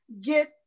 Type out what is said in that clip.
get